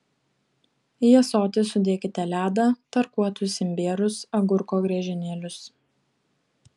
į ąsotį sudėkite ledą tarkuotus imbierus agurko griežinėlius